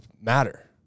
matter